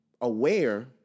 aware